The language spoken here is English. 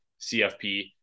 CFP